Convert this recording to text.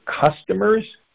customers